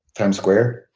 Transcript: times square.